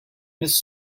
mis